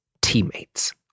teammates